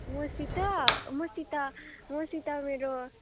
मसित मसित मसित मेरो